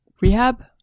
rehab